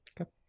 Okay